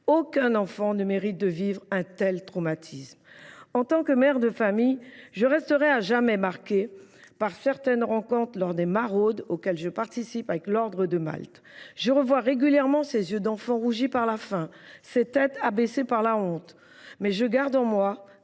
Aucun enfant ne mérite de vivre un tel traumatisme. En tant que mère de famille, je resterai à jamais marquée par certaines rencontres lors des maraudes auxquelles je participe avec l’Ordre de Malte. Je revois régulièrement ces yeux d’enfants rougis par la faim, ces têtes abaissées par la honte. Mais je garde en moi,